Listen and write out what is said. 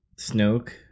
Snoke